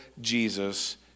Jesus